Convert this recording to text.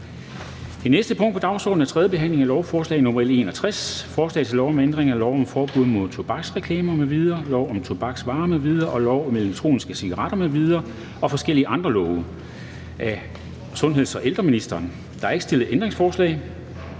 Det næste punkt på dagsordenen er: 7) 3. behandling af lovforslag nr. L 61: Forslag til lov om ændring af lov om forbud mod tobaksreklame m.v., lov om tobaksvarer m.v., lov om elektroniske cigaretter m.v. og forskellige andre love. (Udmøntning af national handleplan